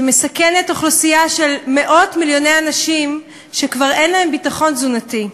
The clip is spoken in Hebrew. שמסכנת אוכלוסייה של מאות-מיליוני אנשים שכבר אין להם ביטחון תזונתי,